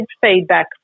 feedback